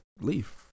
Leave